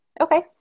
Okay